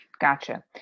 Gotcha